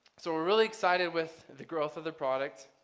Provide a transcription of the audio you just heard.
so we're really excited with the growth of the product.